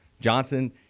Johnson